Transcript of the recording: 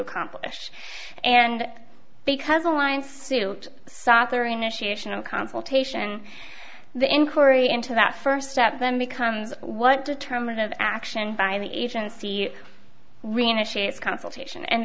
accomplish and because alliance south or initiation of consultation the inquiry into that first step then becomes what determines of action by the agency reinitiate consultation and